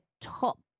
top